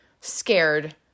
scared